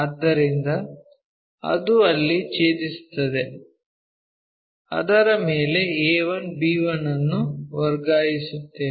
ಆದ್ದರಿಂದ ಅದು ಅಲ್ಲಿ ಛೇದಿಸುತ್ತದೆ ಅದರ ಮೇಲೆ a1 b1 ಅನ್ನು ವರ್ಗಾಯಿಸುತ್ತೇವೆ